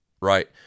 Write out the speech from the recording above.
Right